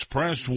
Press